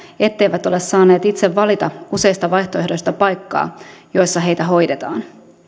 etteivät ole saaneet itse valita useista vaihtoehdoista paikkaa jossa heitä hoidetaan